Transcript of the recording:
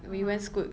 mmhmm